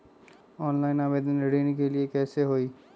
Online आवेदन ऋन के लिए कैसे हुई?